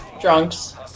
drunks